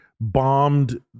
bombed